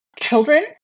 children